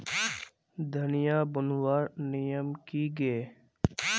धनिया बूनवार नियम की गे?